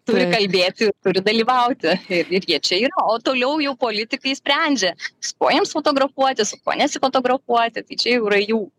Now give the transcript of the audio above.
turi kalbėti turi dalyvauti ir jie čia yra o toliau jau politikai sprendžia su kuo jiems fotografuotis su kuo nesifotografuoti tai čia jau yra jų